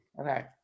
Okay